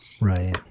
Right